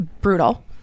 brutal